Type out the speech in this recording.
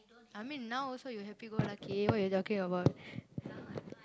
I mean now also you happy go lucky what you talking about